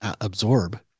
absorb